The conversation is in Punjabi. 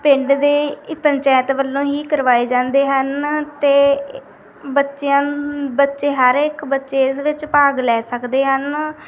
ਪਿੰਡ ਦੇ ਏ ਪੰਚਾਇਤ ਵੱਲੋਂ ਹੀ ਕਰਵਾਏ ਜਾਂਦੇ ਹਨ ਅਤੇ ਬੱਚਿਆਂ ਬੱਚੇ ਹਰ ਇੱਕ ਬੱਚੇ ਇਸ ਵਿੱਚ ਭਾਗ ਲੈ ਸਕਦੇ ਹਨ